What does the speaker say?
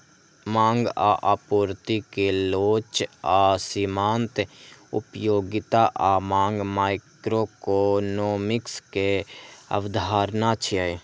मांग आ आपूर्ति के लोच आ सीमांत उपयोगिता आ मांग माइक्रोइकोनोमिक्स के अवधारणा छियै